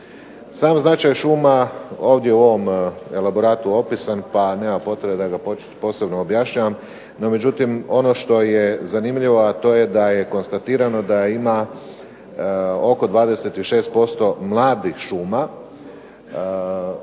Sam značaj šuma ovdje u elaboratu opisan nema potrebe da ga posebno objašnjavam. Međutim, ono što je zanimljivo je to je da konstatirano da ima oko 26% mladih šuma,